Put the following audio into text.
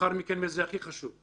לאחר מכן, וזה הכי חשוב,